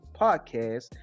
podcast